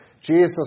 Jesus